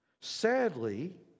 Sadly